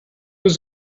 was